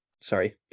Sorry